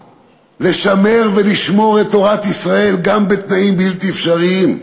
לשמר ולשמור את תורת ישראל גם בתנאים בלתי אפשריים,